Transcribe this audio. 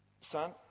son